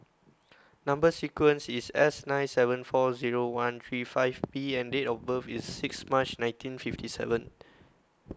Number sequence IS S nine seven four Zero one three five P and Date of birth IS six March nineteen fifty seven